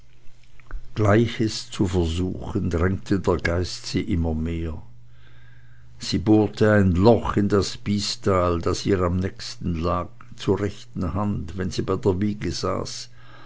gleiches zu versuchen drängte der geist sie immer mehr sie bohrte ein loch in das bystal das ihr am nächsten lag zur rechten hand wenn sie bei der wiege